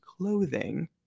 clothing